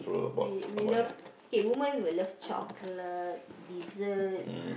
we we love okay woman will love chocolate dessert